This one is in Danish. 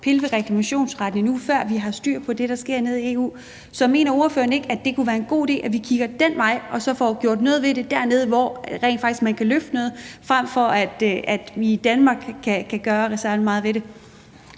pille ved reklamationsretten, før vi har styr på det, der sker nede i EU. Så mener ordføreren ikke, at det kunne være en god idé, at vi kigger den vej og så får gjort noget ved det dernede, hvor man rent faktisk kan løfte noget, frem for i Danmark, hvor vi ikke kan gøre særlig meget ved det?